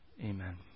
Amen